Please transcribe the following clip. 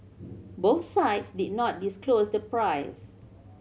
both sides did not disclose the price